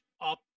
up